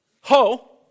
ho